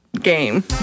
game